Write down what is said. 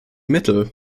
mittel